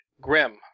grim